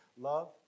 Love